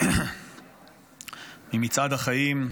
ממצעד החיים.